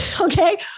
okay